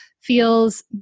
feels